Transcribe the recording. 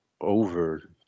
over